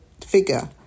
figure